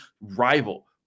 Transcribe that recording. rival